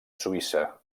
suïssa